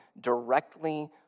directly